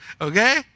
Okay